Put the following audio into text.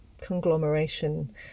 conglomeration